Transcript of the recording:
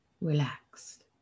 relaxed